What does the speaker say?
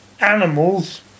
animals